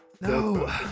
No